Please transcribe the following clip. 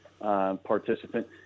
participant